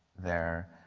there.